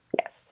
Yes